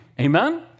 Amen